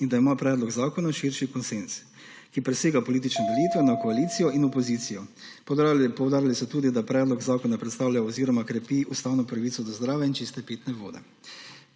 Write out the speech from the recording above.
in da ima predlog zakona širši konsenz, ki presega politične delitve na koalicijo in opozicijo. Poudarili so tudi, da predlog zakona predstavlja oziroma krepi ustavno pravico do zdrave in čiste pitne vode.